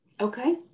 Okay